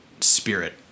spirit